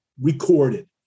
recorded